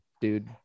dude